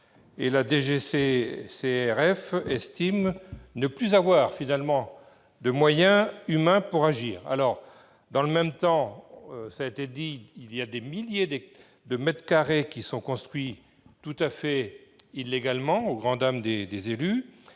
la DGCCRF estime ne plus disposer de moyens humains pour agir. Dans le même temps, cela a été dit, des milliers de mètres carrés sont construits tout à fait illégalement, au grand dam des élus.